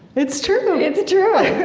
it's true it's true.